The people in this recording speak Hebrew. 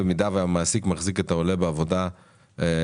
במידה והמעסיק מחזיק את העולה בעבודה שנה.